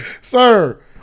Sir